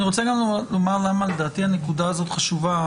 אני רוצה לומר למה לדעתי הנקודה הזאת חשובה.